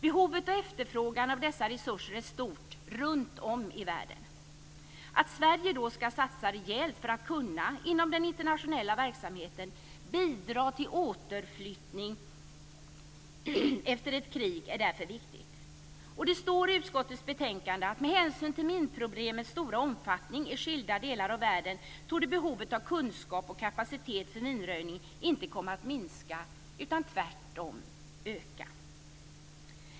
Behovet och efterfrågan av dessa resurser är stort runtom i världen. Att Sverige ska satsa rejält för att inom den internationella verksamheten kunna bidra till återflyttning efter ett krig är viktigt. Det står i utskottets betänkande att "med hänsyn till minproblemets stora omfattning i skilda delar av världen torde behovet av kunskap och kapacitet för minröjning inte komma att minska utan tvärtom öka."